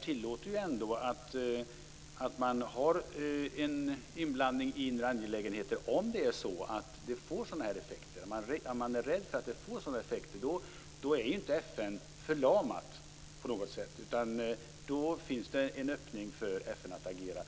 tillåter ändå en inblandning i inre angelägenheter om det blir sådana här effekter. Om man är rädd för att det skall bli sådana effekter är inte FN förlamat på något sätt, utan då finns det en öppning för FN att agera.